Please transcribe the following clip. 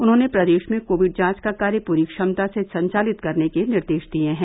उन्होंने प्रदेश में कोविड जांच का कार्य पूरी क्षमता से संचालित करने के निर्देश दिए हैं